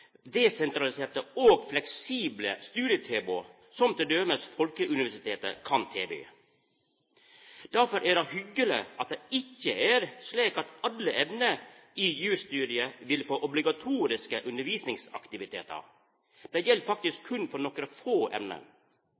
for desentraliserte og fleksible studietilbod, som t.d. Folkeuniversitetet kan tilby. Difor er det hyggeleg at det ikkje er slik at alle emne i jusstudiet vil få obligatoriske undervisningsaktivitetar. Det gjeld faktisk berre for nokre få